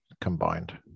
combined